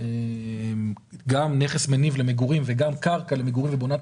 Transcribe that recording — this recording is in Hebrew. גם נכס מניב למגורים וגם קרקע למגורים יש